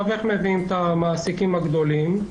איך מביאים את המעסיקים הגדולים?